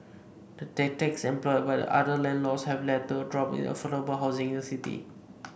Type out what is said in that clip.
the tactics employed by other landlords have led to a drop in affordable housing in the city